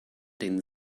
den